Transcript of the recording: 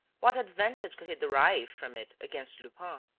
what advantage could he derive from it against lupin?